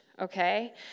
Okay